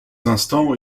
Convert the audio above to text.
instants